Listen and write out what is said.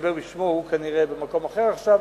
לדבר בשמו, הוא כנראה במקום אחר עכשיו,